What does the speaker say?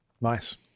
Nice